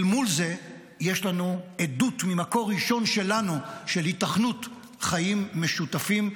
אל מול זה יש לנו עדות ממקור ראשון שלנו של היתכנות לחיים משותפים,